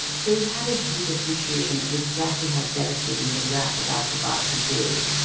so he had a deep appreciation of exactly how devastating the wrath of al-shabab could be.